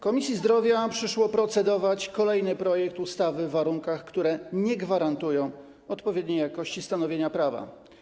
Komisji Zdrowia przyszło procedować kolejny projekt ustawy w warunkach, które nie gwarantują odpowiedniej jakości stanowienia prawa.